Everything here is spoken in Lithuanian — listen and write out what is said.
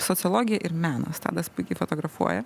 sociologija ir menas tadas puikiai fotografuoja